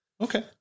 Okay